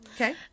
Okay